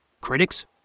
Critics